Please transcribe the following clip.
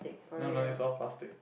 no no is all plastic